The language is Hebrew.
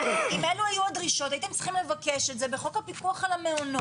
אם אלו היו הדרישות הייתם צריכים לבקש את זה בחוק הפיקוח על המעונות.